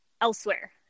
elsewhere